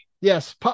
Yes